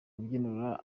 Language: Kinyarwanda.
rubyiniro